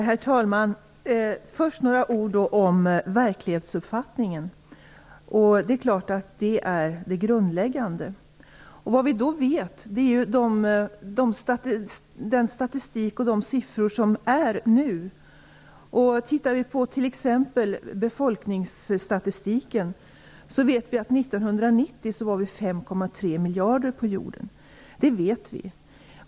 Herr talman! Först några ord om verklighetsuppfattningen. Det är klart att den är grundläggande. Det vi vet är vad den statistik och de siffror som gäller nu säger. Tittar vi på t.ex. befolkningsstatistiken vet vi att vi 1990 var 5,3 miljarder människor på jorden. Det vet vi.